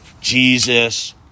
Jesus